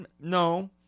No